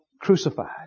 crucified